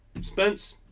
Spence